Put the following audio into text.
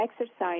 exercise